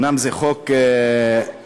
זה חוק סוציאלי,